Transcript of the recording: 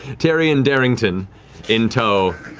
taryon darrington in tow.